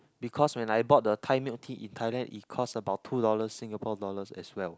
because when I bought the Thai milk tea in Thailand it cost about two dollars Singapore dollars as well